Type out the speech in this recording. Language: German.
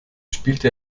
spielte